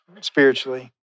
spiritually